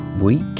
week